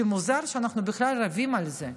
שמוזר שבכלל אנחנו רבים על זה.